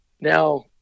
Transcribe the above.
Now